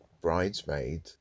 bridesmaid